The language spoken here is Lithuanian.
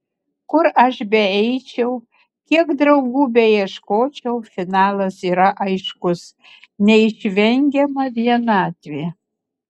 kur aš beeičiau kiek draugų beieškočiau finalas yra aiškus neišvengiama vienatvė